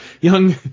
young